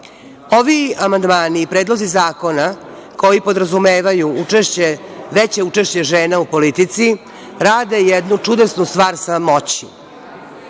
amandmani i predlozi zakona koji podrazumevaju veće učešće žena u politici rade jednu čudesnu stvar sa moći.